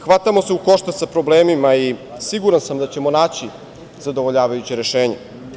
Hvatamo se u koštac sa problemima i siguran sam da ćemo naći zadovoljavajuće rešenje.